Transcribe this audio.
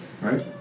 Right